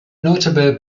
notable